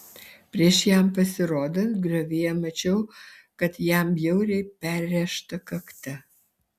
prieš jam pasirodant griovyje mačiau kad jam bjauriai perrėžta kakta